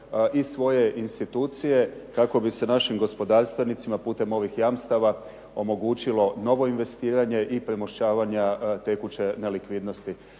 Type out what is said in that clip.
i svoje institucije kako bi se našim gospodarstvenicima putem ovih jamstava omogućilo novo investiranje i premošćavanja tekuće nelikvidnosti.